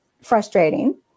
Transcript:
frustrating